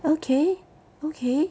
okay okay